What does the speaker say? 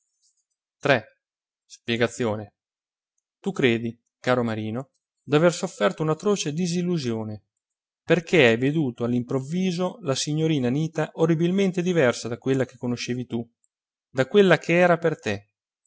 poi piegazione u credi caro marino d'aver sofferto un'atroce disillusione perché hai veduto all'improvviso la signorina anita orribilmente diversa da quella che conoscevi tu da quella ch'era per te